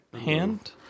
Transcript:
hand